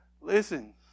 listen